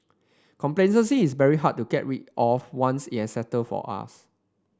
complacency is very hard to get rid of once it has settled for us